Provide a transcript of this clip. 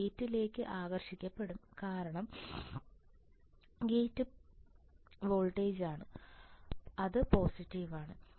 ഇത് ഗേറ്റിലേക്ക് ആകർഷിക്കപ്പെടും കാരണം ഗേറ്റ് പോസിറ്റീവ് വോൾട്ടേജാണ്